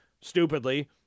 Stupidly